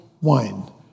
wine